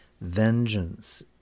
Vengeance